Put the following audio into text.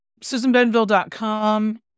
susanbenville.com